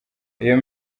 iyo